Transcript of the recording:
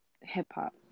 hip-hop